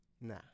Nah